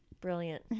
Brilliant